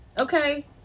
Okay